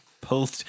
Pulled